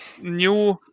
new